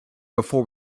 before